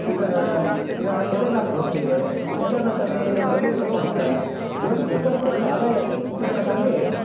ಈಗ ಉದಾಹರ್ಣೆಗೆ ಕೇದಾರನಾಥ್ಗೆ ಹೋಗ್ತೀವಿ ಕೇದಾರನಾಥಲ್ಲಿ ನಾವು ಡೋಲಿಲಿ ಕರ್ಕೊಂಡೋಗ್ತಾರೆ ಡೋಲಿ ಸರ್ಕಾರಕ್ಕೆ ಒಳ್ಳೆ ಆದಾಯ ಅದು ಉತ್ತರಾಖಂಡಲ್ಲಿ